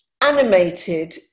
animated